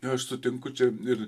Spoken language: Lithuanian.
aš sutinku čia ir